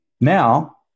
Now